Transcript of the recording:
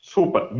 Super